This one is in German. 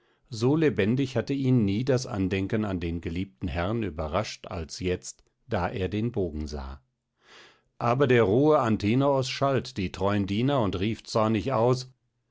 so lebendig hatte ihn nie das andenken an den geliebten herrn überrascht als jetzt da er den bogen sah aber der rohe antinoos schalt die treuen diener und rief zornig aus